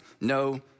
no